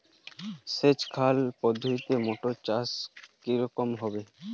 সেচ খাল পদ্ধতিতে মটর চাষ কেমন হবে?